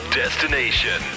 destination